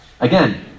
Again